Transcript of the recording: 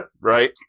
Right